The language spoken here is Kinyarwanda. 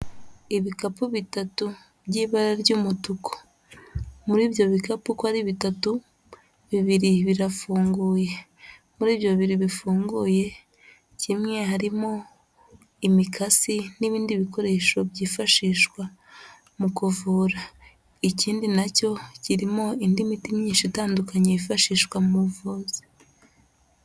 Ibikapu bitatu by'ibara ry'umutuku, muri ibyo bikapu uko ari bitatu, bibiri birafunguye. Muri ibyo bi bifunguye kimwe harimo imikasi n'ibindi bikoresho byifashishwa mu kuvura, ikindi nacyo kirimo indi miti myinshi itandukanye yifashishwa mu buvuzi.